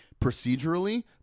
procedurally